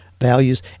values